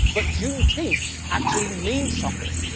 but juneteenth actually means something.